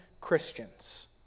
Christians